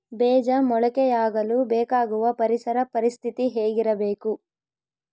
ಬೇಜ ಮೊಳಕೆಯಾಗಲು ಬೇಕಾಗುವ ಪರಿಸರ ಪರಿಸ್ಥಿತಿ ಹೇಗಿರಬೇಕು?